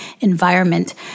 environment